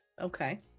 Okay